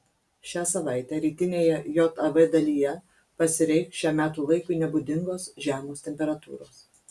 šią savaitę rytinėje jav dalyje pasireikš šiam metų laikui nebūdingos žemos temperatūros